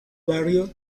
barrio